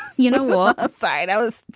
you know what a fight i was.